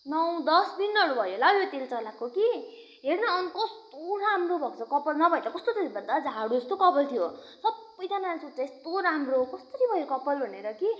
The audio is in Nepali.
नौ दस दिनहरू भयो होला हौ यो तेल चलाएको कि हेर न कस्तो राम्रो भएको छ कपाल नभए त कस्तो थियो भन् त झाडु जस्तो कपाल थियो सबैजनाले सोध्छ यस्तो राम्रो कसरी भयो कपाल भनेर कि